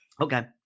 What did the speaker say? Okay